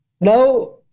now